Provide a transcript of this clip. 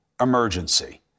emergency